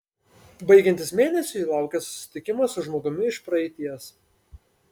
baigiantis mėnesiui laukia susitikimas su žmogumi iš praeities